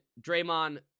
Draymond